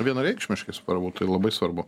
vienareikšmiškai svarbu tai labai svarbu